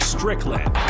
Strickland